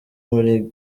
muri